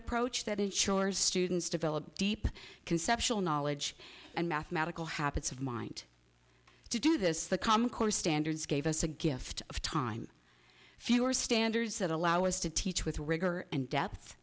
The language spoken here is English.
approach that ensures students develop deep conceptual knowledge and mathematical habits of mind to do this the common core standards gave us a gift of time fewer standards that allow us to teach with rigor and depth